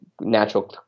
natural